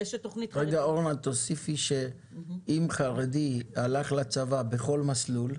אורנה, תוסיפי שאם חרדי הלך לצבא בכל מסלול,